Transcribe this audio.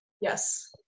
Yes